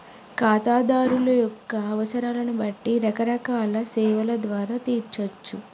ఖాతాదారుల యొక్క అవసరాలను బట్టి రకరకాల సేవల ద్వారా తీర్చచ్చు